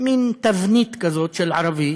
מין תבנית כזאת של ערבי